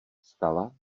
vstala